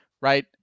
right